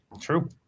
True